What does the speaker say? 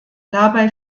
dabei